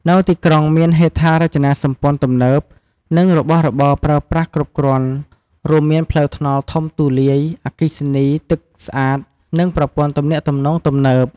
នៅទីក្រុងមានហេដ្ឋារចនាសម្ព័ន្ធទំនើប និងរបស់របរប្រើប្រាស់គ្រប់គ្រាន់ រួមមានផ្លូវថ្នល់ធំទូលាយ អគ្គិសនី ទឹកស្អាត និងប្រព័ន្ធទំនាក់ទំនងទំនើប។